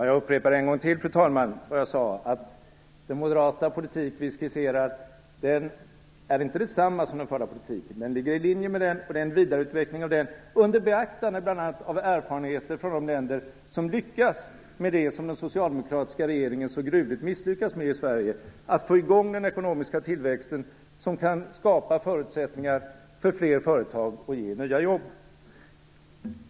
Fru talman! Jag upprepar vad jag sade: Den moderata politik vi skisserar är inte densamma som den förra politiken. Den ligger i linje med den och är en vidareutveckling under beaktande bl.a. av erfarenheter från de länder som lyckas med det som den socialdemokratiska regeringen så gruvligt misslyckas med i Sverige: att få i gång den ekonomiska tillväxt som kan skapa förutsättningar för fler företag och ge nya jobb.